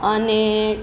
અને